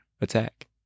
attack